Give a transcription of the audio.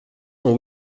sont